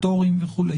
פטורים וכו'.